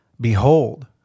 Behold